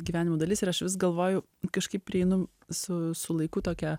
gyvenimo dalis ir aš vis galvoju kažkaip prieinu su su laiku tokią